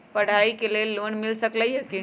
पढाई के लेल लोन मिल सकलई ह की?